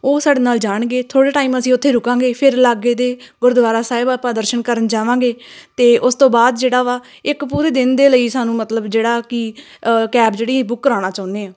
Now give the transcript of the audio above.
ਉਹ ਸਾਡੇ ਨਾਲ ਜਾਣਗੇ ਥੋੜ੍ਹੇ ਟਾਈਮ ਅਸੀਂ ਉੱਥੇ ਰੁਕਾਂਗੇ ਫਿਰ ਲਾਗੇ ਦੇ ਗੁਰਦੁਆਰਾ ਸਾਹਿਬ ਆਪਾਂ ਦਰਸ਼ਨ ਕਰਨ ਜਾਵਾਂਗੇ ਅਤੇ ਉਸ ਤੋਂ ਬਾਅਦ ਜਿਹੜਾ ਵਾ ਇੱਕ ਪੂਰੇ ਦਿਨ ਦੇ ਲਈ ਸਾਨੂੰ ਮਤਲਬ ਜਿਹੜਾ ਕਿ ਕੈਬ ਜਿਹੜੀ ਬੁੱਕ ਕਰਾਉਣਾ ਚਾਹੁੰਦੇ ਹਾਂ